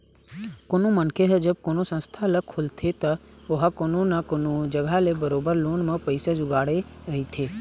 कोनो मनखे ह जब कोनो संस्था ल खोलथे त ओहा कोनो न कोनो जघा ले बरोबर लोन म पइसा जुगाड़े रहिथे